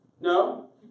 No